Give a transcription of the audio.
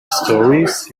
storeys